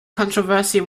controversy